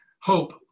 Hope